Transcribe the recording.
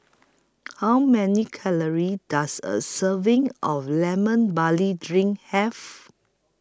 How Many Calories Does A Serving of Lemon Barley Drink Have